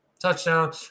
touchdown